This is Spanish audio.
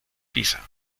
pisa